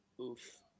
Oof